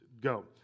go